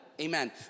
amen